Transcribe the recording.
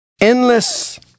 Endless